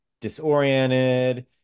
disoriented